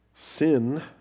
Sin